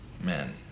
men